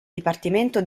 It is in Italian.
dipartimento